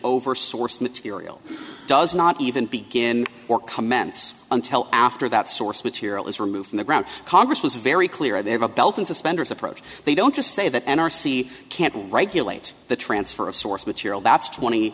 over source material does not even begin or comments until after that source material is removed from the ground congress was very clear they have a belt and suspenders approach they don't just say that n r c can't regulate the transfer of source material that's twenty